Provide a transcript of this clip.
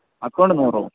account നൂറോ ആ